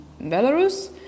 Belarus